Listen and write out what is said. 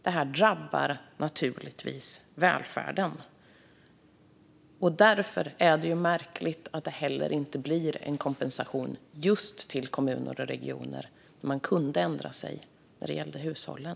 Det drabbar naturligtvis välfärden. Därför är det märkligt att det heller inte blir en kompensation just till kommuner och regioner eftersom man kunde ändra sig när det gäller hushållen.